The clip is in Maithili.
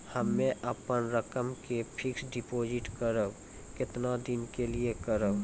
हम्मे अपन रकम के फिक्स्ड डिपोजिट करबऽ केतना दिन के लिए करबऽ?